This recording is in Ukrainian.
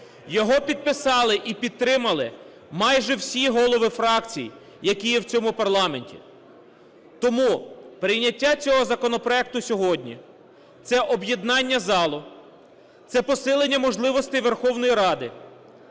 Його підписали і підтримали майже всі голови фракцій, які є в цьому парламенті. Тому цього законопроекту сьогодні – це об'єднання залу, це посилення можливостей Верховної Ради,